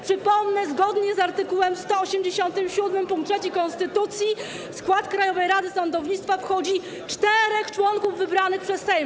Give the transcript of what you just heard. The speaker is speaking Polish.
Przypomnę, że zgodnie z art. 187 pkt 3 konstytucji w skład Krajowej Rady Sądownictwa wchodzi 4 członków wybranych przez Sejm.